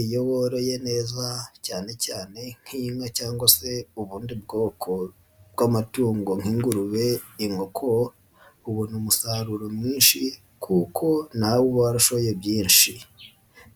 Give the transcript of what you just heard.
Iyo woroye neza cyane cyane nk'inka cyangwa se ubundi bwoko bw'amatungo nk'ingurube, inkoko, ubona umusaruro mwinshi kuko nawe uba warashoye byinshi,